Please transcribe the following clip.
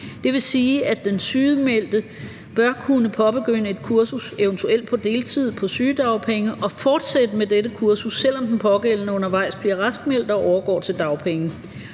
Det vil sige, at den sygemeldte bør kunne påbegynde et kursus, eventuelt på deltid, på sygedagpenge og fortsætte med dette kursus, selv om den pågældende undervejs bliver raskmeldt og overgår til dagpenge.